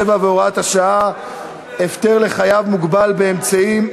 והוראת שעה) (הפטר לחייב מוגבל באמצעים),